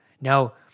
Now